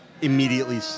immediately